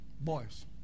Boys